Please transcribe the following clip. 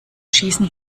schießen